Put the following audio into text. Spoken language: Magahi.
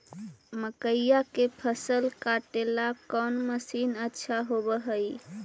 मकइया के फसल काटेला कौन मशीन अच्छा होव हई?